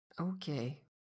Okay